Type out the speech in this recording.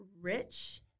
rich